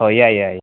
ꯍꯣꯏ ꯌꯥꯏ ꯌꯥꯏ